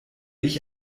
ich